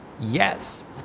yes